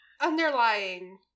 underlying